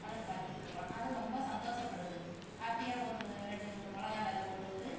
அழகு பார்த்துக்கிட்ருக்குறோம் அது ரொம்ப சந்தோஷப்படுது அப்டியே ஒரு ரெண்டு மிளகா வித போட்டுவிட்டு